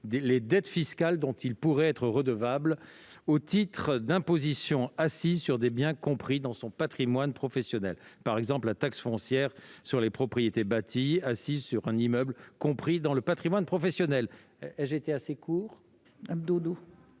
les dettes fiscales dont il pourrait être redevable au titre d'impositions assises sur des biens compris dans son patrimoine professionnel, par exemple la taxe foncière sur les propriétés bâties, assise sur un immeuble compris dans le patrimoine professionnel. Quel est l'avis du